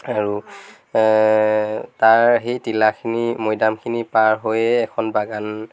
আৰু তাৰ সেই টিলাখিনি মৈদামখিনি পাৰহৈয়ে এখন বাগান